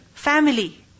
Family